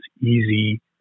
easy